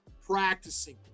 practicing